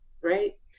right